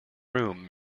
room